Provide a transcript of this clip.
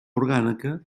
orgànica